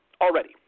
Already